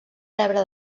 rebre